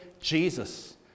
Jesus